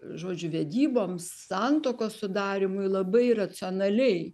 žodžiu vedyboms santuokos sudarymui labai racionaliai